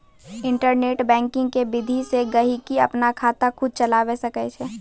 internet banking के विधि से गहकि अपनो खाता खुद चलावै सकै छै